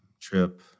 trip